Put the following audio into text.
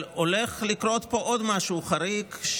אבל הולך לקרות פה עוד משהו חריג,